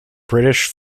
british